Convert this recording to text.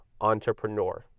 entrepreneur